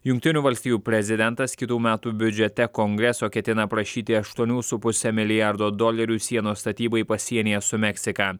jungtinių valstijų prezidentas kitų metų biudžete kongreso ketina prašyti aštuonių su puse milijardo dolerių sienos statybai pasienyje su meksika